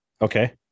Okay